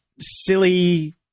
silly